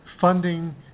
funding